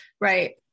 Right